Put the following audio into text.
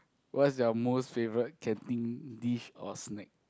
what's your most favourite canteen dish or snack